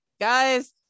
guys